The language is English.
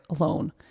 alone